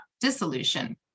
dissolution